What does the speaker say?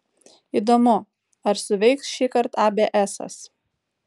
įdomu ar suveiks šįkart abėesas